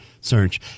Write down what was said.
search